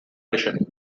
edition